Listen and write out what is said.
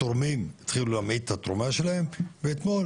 התורמים התחילו להביא את התרומה שלהם, ואתמול